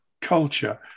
culture